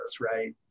right